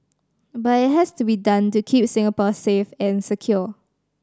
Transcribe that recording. but it has to be done to keep Singapore safe and secure